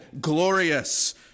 glorious